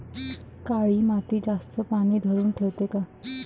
काळी माती जास्त पानी धरुन ठेवते का?